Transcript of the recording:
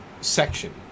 section